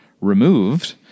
removed